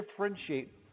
differentiate